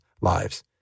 lives